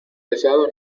deseado